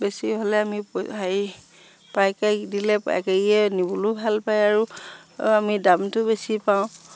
বেছি হ'লে আমি হেৰি পাইকাৰি দিলে পাইকাৰিয়ে নিবলৈ ভাল পায় আৰু আমি দামটো বেছি পাওঁ